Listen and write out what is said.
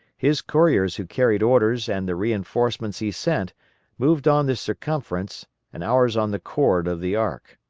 his couriers who carried orders and the reinforcements he sent moved on the circumference and ours on the chord of the arc.